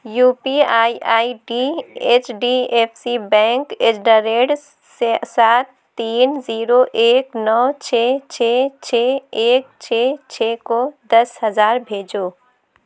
you P I I T H D F C bank at the rate سات تین zero ایک نو چھ چھ چھ ایک چھ چھ کو دس ہزار بھیجو